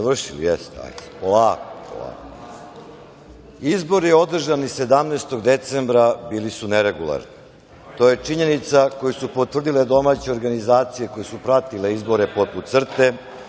Hvala. Izbori održani 17. decembra bili su neregularni. To je činjenica koju su potvrdile domaće organizacije koje su pratile izbore, poput CRTE,